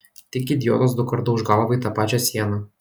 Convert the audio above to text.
tik idiotas dukart dauš galvą į tą pačią sieną